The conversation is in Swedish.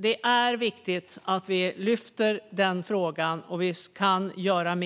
Det är viktigt att vi lyfter upp den frågan.